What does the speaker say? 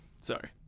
Sorry